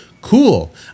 Cool